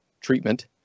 treatment